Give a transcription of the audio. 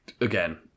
again